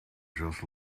just